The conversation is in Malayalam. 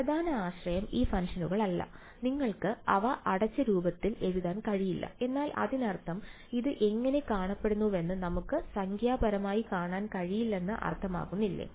പ്രധാന ആശയം ഈ ഫംഗ്ഷനുകളല്ല നിങ്ങൾക്ക് അവ അടച്ച രൂപത്തിൽ എഴുതാൻ കഴിയില്ല എന്നാൽ അതിനർത്ഥം അത് എങ്ങനെ കാണപ്പെടുന്നുവെന്ന് നമുക്ക് സംഖ്യാപരമായി കാണാൻ കഴിയില്ലെന്ന് അർത്ഥമാക്കുന്നില്ലേ